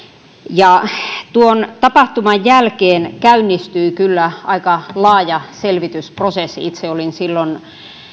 tuon tapahtuman jälkeen käynnistyi kyllä aika laaja selvitysprosessi itse olin silloin